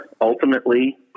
ultimately